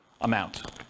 amount